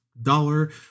Dollar